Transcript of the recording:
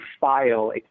file